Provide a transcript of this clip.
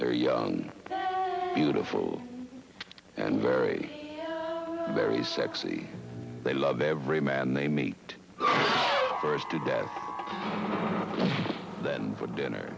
they're young beautiful and very very sexy they love every man they meet first to death then for dinner